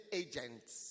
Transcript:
agents